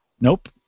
Nope